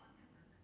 cannot